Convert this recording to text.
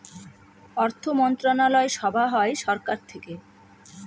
অর্থমন্ত্রণালয় সভা হয় সরকার থেকে